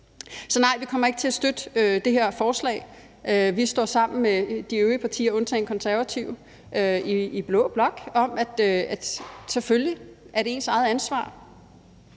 Så nej, vi kommer ikke til at støtte det her forslag. Vi står sammen med de øvrige partier undtagen Konservative i blå blok om, at selvfølgelig er det ens eget ansvar